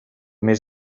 mes